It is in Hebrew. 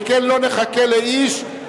שכן לא נחכה לאיש.